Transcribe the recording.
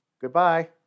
Goodbye